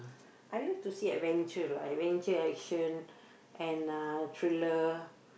I love to see adventure lah adventure action and uh thriller